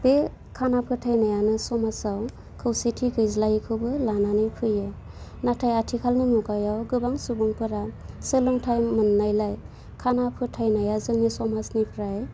बे खाना फोथायनायानो समाजाव खौसेथि गैज्लायैखौबो लानानै फैयो नाथाय आथिखालनि मुगायाव गोबां सुुबुंफ्रा सोलोंथाइ मोन्नायलाय खाना फोथायनाया जोंनि समाजनिफ्राय